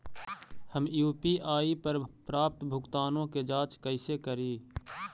हम यु.पी.आई पर प्राप्त भुगतानों के जांच कैसे करी?